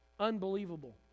unbelievable